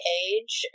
age